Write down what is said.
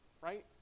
Right